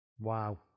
Wow